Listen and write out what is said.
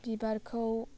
बिबारखौ